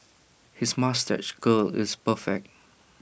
his moustache curl is perfect